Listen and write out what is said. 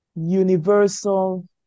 universal